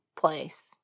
place